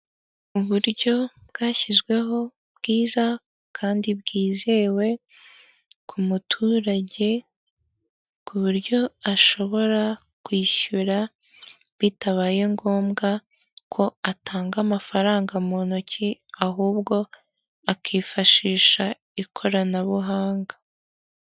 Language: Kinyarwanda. Iduka rifunguye ricuruza ibikoresho byo mu nzu, matora, intebe zikoze mu buryo butandukanye, ameza, utubati, tujyamo inkweto n'utwo bashyiramo ibindi bintu, intebe za purasitike zigerekeranye.